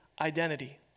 identity